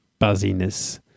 buzziness